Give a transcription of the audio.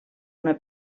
una